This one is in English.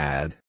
Add